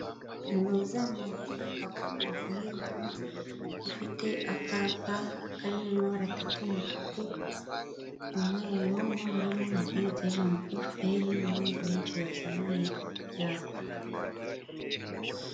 Umugabo uzamuye akaboko afunze igipfunsi afite akapa karimo amabara atatu umutuku, umweru n'ubururu hakaba handitseho ijambo efuperi n'abandi benshi bazamuye ibyapa.